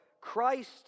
Christ